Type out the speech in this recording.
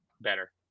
better